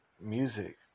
music